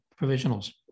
provisionals